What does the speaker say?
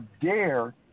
dare